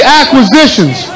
acquisitions